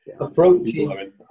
approaching